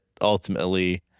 ultimately